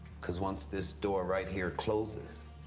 cause once this door right here closes,